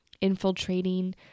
infiltrating